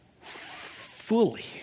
Fully